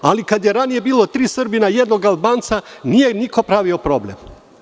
Ali, kada su ranije bila tri Srbina i jedan Albanac, niko nije pravio problem.